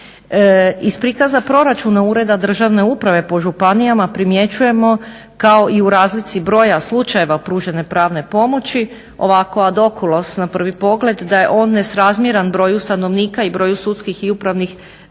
Iz prikaza proračuna Ureda državne uprave po županijama primjećujemo kao i u razlici broja slučajeva pružene pravne pomoći ovako …/Govornik se ne razumije./… na prvi pogled da je on nesrazmjeran broju stanovnika i broju sudskih i upravnih